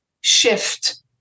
shift